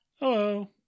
hello